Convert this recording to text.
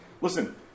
Listen